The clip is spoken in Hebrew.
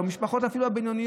אפילו המשפחות הבינוניות,